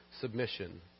submission